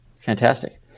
Fantastic